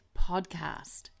podcast